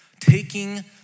taking